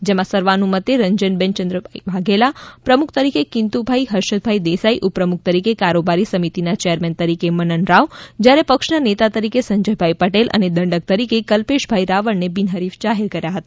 જેમાં સર્વાનુમતે રંજનબેન ચંદ્રકાંતભાઈ વાઘેલા પ્રમુખ તરીકે કીન્તુ ભાઈ હર્ષદ ભાઈ દેસાઈ ઉપપ્રમુખ તરીકે કારોબારી સમિતિના ચેરમેન તરીકે મનન રાવ જ્યારે પક્ષના નેતા તરીકે સંજયભાઈ પટેલ અને દંડક તરીકે કલ્પેશ ભાઈ રાવળને બિનહરીફ જાહેર કર્યા હતા